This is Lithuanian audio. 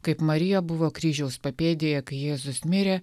kaip marija buvo kryžiaus papėdėje kai jėzus mirė